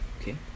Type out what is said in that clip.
Okay